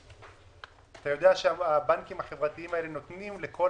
אתה יודע שהבנקים החברתיים האלה נותנים לכל